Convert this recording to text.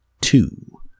two